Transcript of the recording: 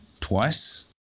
twice